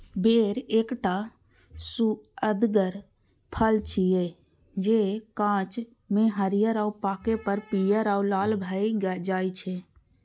बेर एकटा सुअदगर फल छियै, जे कांच मे हरियर आ पाके पर पीयर आ लाल भए जाइ छै